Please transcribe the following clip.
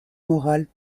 morales